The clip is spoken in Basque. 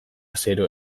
zero